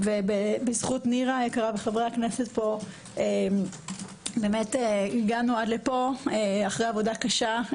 בזכות נירה היקרה וחברי הכנסת פה הגענו עד כה אחרי עבודה קשה.